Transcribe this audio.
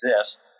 exist